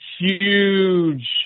Huge